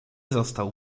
został